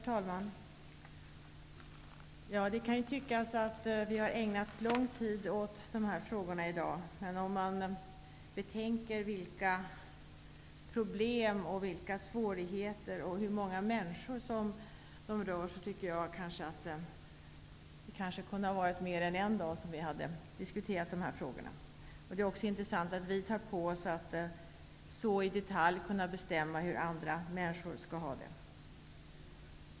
Herr talman! Det kan tyckas att vi har ägnat lång tid åt dessa frågor i dag. Men om man tänker på hela problemet och alla de svårigheter som följer med det och hur många människor det rör sig om, tycker jag att vi hade kunnat använda mer än en dag för att diskutera dessa frågor. Det är också intressant att vi tar på oss att så i detalj bestämma hur andra människor skall ha det.